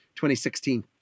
2016